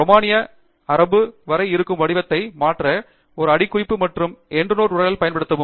ரோமானிய இலிருந்து அரபு வரை இருக்கும் வடிவத்தை மாற்ற ஒரு அடிக்குறிப்பு மற்றும் எண்டுநோட் உரையாடலைப் பயன்படுத்தவும்